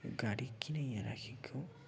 गाडी किन यहाँ राखेको